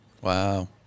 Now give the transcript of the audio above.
Wow